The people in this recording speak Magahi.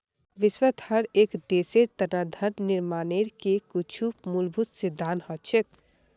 विश्वत हर एक देशेर तना धन निर्माणेर के कुछु मूलभूत सिद्धान्त हछेक